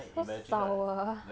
so sour